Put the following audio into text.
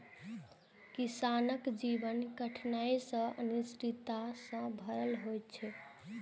किसानक जीवन कठिनाइ आ अनिश्चितता सं भरल होइ छै